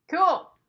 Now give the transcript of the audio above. Cool